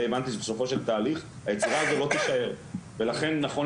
זה הבנתי בסופו של תהליך היצירה הזו לא תישאר ולכן נכון